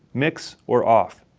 mix or off.